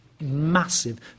Massive